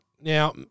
Now